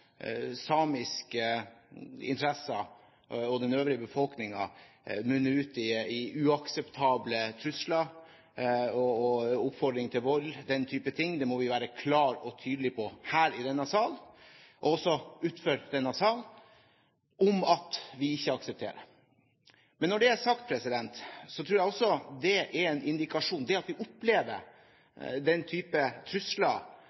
samiske interesser og den øvrige befolkningen, munner ut i uakseptable trusler og oppfordring til vold, den type ting. Det må vi være klare og tydelige på her i denne sal – og også utenfor denne sal – at vi ikke aksepterer. Men når det er sagt, tror jeg også det er en indikasjon på – det at vi opplever den type trusler